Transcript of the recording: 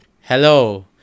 hello